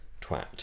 twat